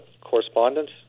correspondence